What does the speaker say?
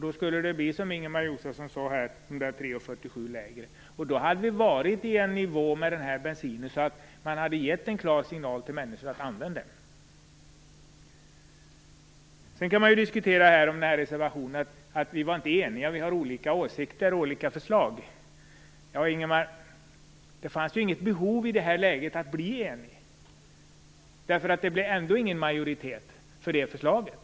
Då skulle det bli 3,47 lägre, som Ingemar Josefsson sade här, och då hade vi varit i nivå med den här bensinen och det hade givit en klar signal till människor att använda den. Man kan diskutera om att vi i reservationen inte var eniga eftersom vi har olika åsikter och olika förslag. Men Ingemar Josefsson, det fanns inget behov i det här läget att bli eniga. Det blev ändå ingen majoritet för det förslaget.